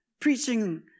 Preaching